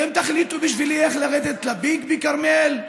אתם תחליטו בשבילי איך לרדת לביג בכרמיאל?